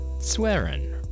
Swearing